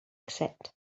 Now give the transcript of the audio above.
exit